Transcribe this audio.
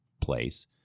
place